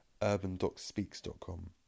urbandocspeaks.com